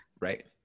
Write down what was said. right